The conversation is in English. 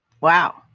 Wow